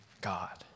God